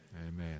Amen